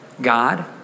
God